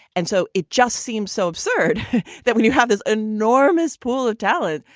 and so it just seems so absurd that when you have this enormous pool of talent,